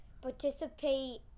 participate